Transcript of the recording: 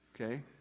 Okay